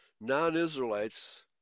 non-Israelites